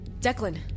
Declan